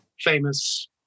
famous